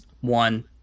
one